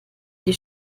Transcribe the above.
die